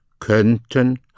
könnten